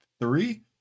three